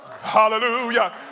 hallelujah